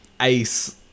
ace